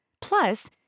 Plus